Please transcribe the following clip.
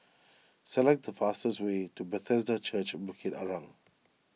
select the fastest way to Bethesda Church Bukit Arang